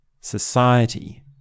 society